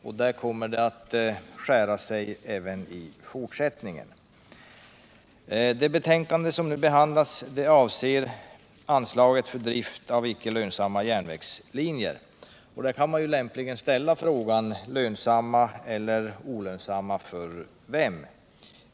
Och där kommer det att skära sig även i fortsättningen. Det betänkande som nu behandlas avser anslag för drift av icke lönsamma järnvägslinjer. Då kan man lämpligen ställa frågan: Lönsamma eller olönsamma för vem?